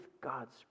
God's